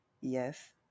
Yes